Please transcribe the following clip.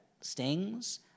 stings